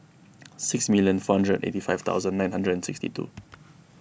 six million four hundred and eighty five thousand nine hundred and sixty two